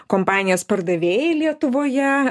kompanijos pardavėjai lietuvoje